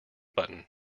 button